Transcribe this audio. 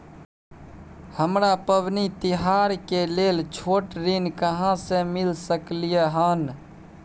हमरा पबनी तिहार के लेल छोट ऋण कहाँ से मिल सकलय हन?